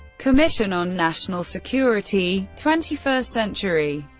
commission on national security twenty first century,